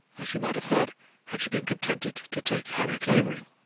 as she might have heard had she been contented to take harry clavering.